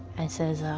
and says,